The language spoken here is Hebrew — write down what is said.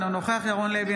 אינו נוכח ירון לוי,